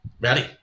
ready